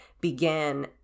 began